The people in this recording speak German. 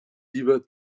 lieber